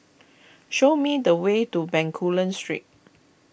show me the way to Bencoolen Street